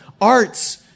arts